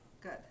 good